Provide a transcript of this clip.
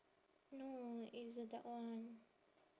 no it's the that one